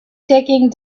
taking